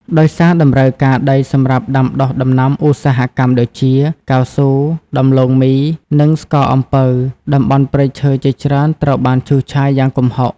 ដោយសារតម្រូវការដីសម្រាប់ដាំដុះដំណាំឧស្សាហកម្មដូចជា កៅស៊ូ ដំឡូងមី និងស្ករអំពៅ តំបន់ព្រៃឈើជាច្រើនត្រូវបានឈូសឆាយយ៉ាងគំហុក។